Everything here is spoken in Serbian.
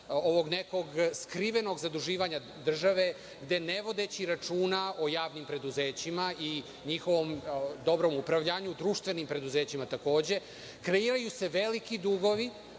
ovog neko skrivenog zaduživanja države, gde ne vodeći računa o javnim preduzećima i njihovom dobrom upravljanju, društvenim preduzećima takođe, kreiraju se veliki dugovi,